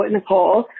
Nicole